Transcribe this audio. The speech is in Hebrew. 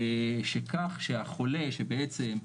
שכך שהחולה, שבעצם,